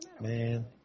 Man